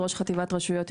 ראש חטיבת רשויות,